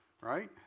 right